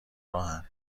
راهن